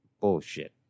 Bullshit